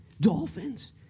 dolphins